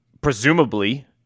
presumably